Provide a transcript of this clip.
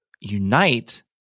unite